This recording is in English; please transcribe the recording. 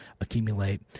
accumulate